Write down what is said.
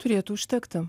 turėtų užtekti